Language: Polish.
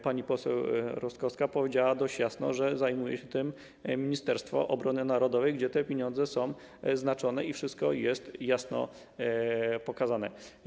Pani poseł Rostkowska tu powiedziała dość jasno, że zajmuje się tym Ministerstwo Obrony Narodowej, gdzie te pieniądze są znaczone i wszystko jest jasno pokazane.